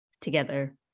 together